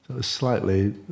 slightly